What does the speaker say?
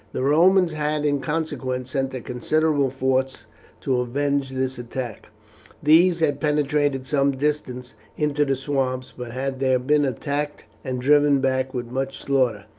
the romans had in consequence sent a considerable force to avenge this attack these had penetrated some distance into the swamps, but had there been attacked and driven back with much slaughter.